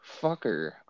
fucker